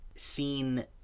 seen